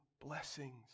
blessings